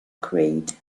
creed